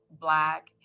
black